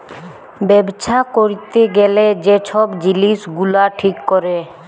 ব্যবছা ক্যইরতে গ্যালে যে ছব জিলিস গুলা ঠিক ক্যরে